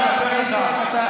תירגע קצת, תירגע.